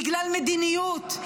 בגלל מדיניות,